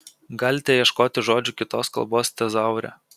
galite ieškoti žodžių kitos kalbos tezaure